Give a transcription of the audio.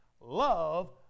Love